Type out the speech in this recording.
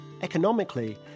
Economically